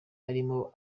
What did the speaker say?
arimo